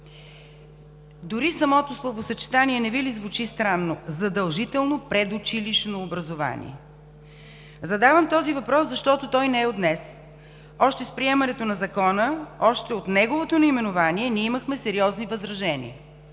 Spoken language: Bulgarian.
Дори самото словосъчетание не Ви ли звучи странно: задължително предучилищно образование?! Задавам този въпрос, защото той не е от днес. Още с приемането на Закона, още от неговото наименование ние имахме сериозни възражения.